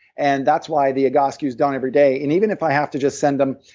and that's why the egoscue's done every day. and even if i have to just send him,